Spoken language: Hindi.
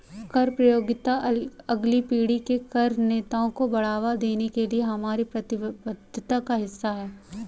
कर प्रतियोगिता अगली पीढ़ी के कर नेताओं को बढ़ावा देने के लिए हमारी प्रतिबद्धता का हिस्सा है